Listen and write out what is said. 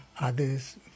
others